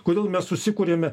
kodėl mes susikuriame